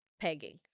pegging